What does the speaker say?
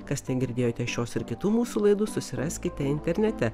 kas negirdėjote šios ir kitų mūsų laidų susiraskite internete